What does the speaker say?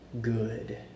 good